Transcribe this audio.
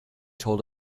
told